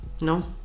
No